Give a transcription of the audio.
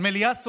המליאה סוערת.